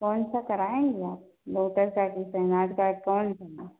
कौन सा कराऍंगी आप लोटस का कि सहेनाज का कि कौन सा ना